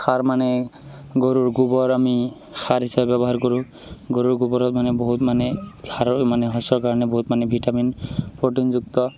সাৰ মানে গৰুৰ গোবৰ আমি সাৰ হিচাপে ব্যৱহাৰ কৰোঁ গৰুৰ গোবৰত মানে বহুত মানে সাৰৰ মানে শস্যৰ কাৰণে বহুত মানে ভিটামিন প্ৰ'টিনযুক্ত